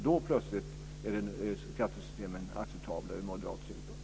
Då plötsligt är skattesystemen acceptabla ur moderat synpunkt.